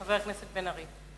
חבר הכנסת בן-ארי.